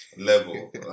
level